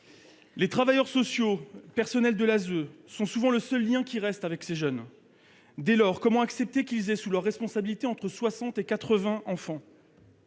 Les travailleurs sociaux, les personnels de l'ASE, sont souvent le seul lien qui reste pour ces jeunes. Dès lors, comment accepter qu'ils aient sous leur responsabilité entre soixante